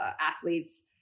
athletes